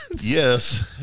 yes